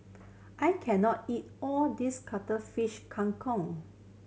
I can not eat all this Cuttlefish Kang Kong